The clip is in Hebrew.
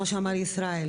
כמו שאמר ישראל,